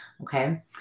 Okay